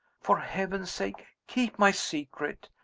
for heaven's sake keep my secret.